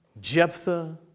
Jephthah